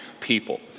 people